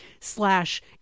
slash